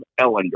Ellinger